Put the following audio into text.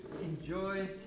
enjoy